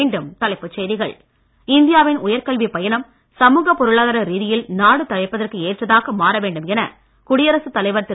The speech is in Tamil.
மீண்டும் தலைப்புச் செய்திகள் இந்தியாவின் உயர்கல்விப் பயணம் சமுக பொருளாதார ரீதியில் நாடு தழைப்பதற்கு ஏற்றதாக மாற வேண்டும் என குடியரசுத் தலைவர் திரு